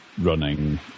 running